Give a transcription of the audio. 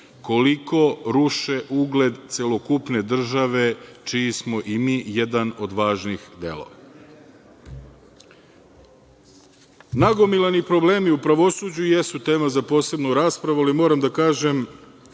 koliko ruše ugled celokupne države čiji smo i mi jedan od važnih delova. Nagomilani problemi u pravosuđu jesu tema za posebnu raspravu, ali moram da kažem